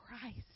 Christ